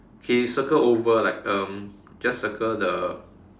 okay circle over like um just circle the